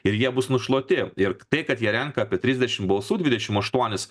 ir jie bus nušluoti ir tai kad jie renka apie trisdešim balsų dvidešim aštuonis